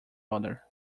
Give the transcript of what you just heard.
other